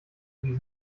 sie